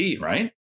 right